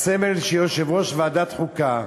הסמל של יושב-ראש ועדת החוקה,